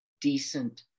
decent